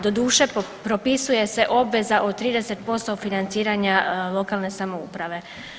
Doduše propisuje se obveza od 30% financiranja lokalne samouprave.